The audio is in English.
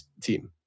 team